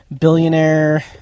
billionaire